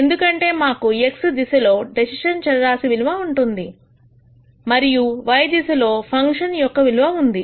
ఎందుకంటే మాకు x దిశ లో డెసిషన్ చరరాశి విలువ ఉంది మరియు y దిశలో ఫంక్షన్ యొక్క విలువ ఉంది